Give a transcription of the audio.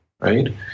right